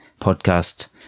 podcast